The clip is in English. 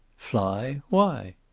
fly! why?